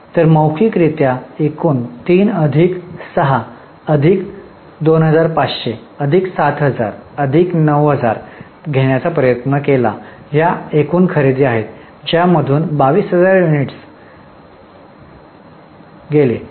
तर मौखिकरित्या एकूण 3 अधिक 6 अधिक 2500 अधिक 7000 अधिक 9000 घेण्याचा प्रयत्न केला या एकूण खरेदी आहेत ज्या मधून 22000 युनिट ठीक आहेत